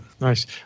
Nice